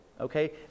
Okay